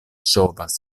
ŝovas